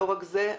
לא רק זה,